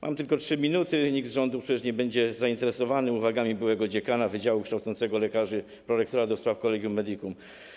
Mam tylko 3 minuty, nikt z rządu przecież nie będzie zainteresowany uwagami byłego dziekana wydziału kształcącego lekarzy, prorektora do spraw Collegium Medicum.